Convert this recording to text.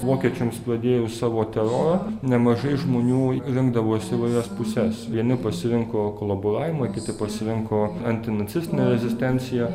vokiečiams pradėjus savo terorą nemažai žmonių rinkdavosi į įvairias puses vieni pasirinko kolaboravimą kiti pasirinko antinacistinę rezistenciją